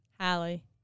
Hallie